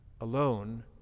alone